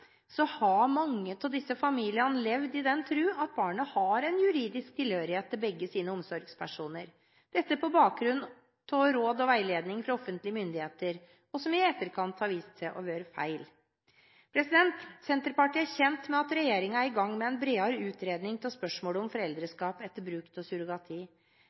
har mange av disse familiene levd i den tro at barna har en juridisk tilhørighet til begge sine omsorgspersoner – dette på bakgrunn av råd og veiledning fra offentlige myndigheter, og som i etterkant har vist seg å være feil. Senterpartiet er kjent med at regjeringen er i gang med en bredere utredning av spørsmålet om foreldreskap etter bruk av surrogati.